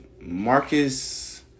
Marcus